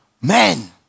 men